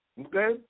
Okay